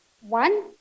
One